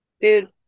Dude